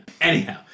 Anyhow